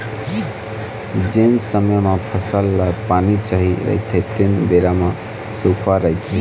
जेन समे म फसल ल पानी चाही रहिथे तेन बेरा म सुक्खा रहिथे